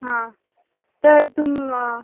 हां तर तुम